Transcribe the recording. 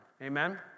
Amen